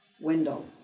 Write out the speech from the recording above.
Wendell